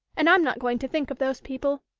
and i'm not going to think of those people.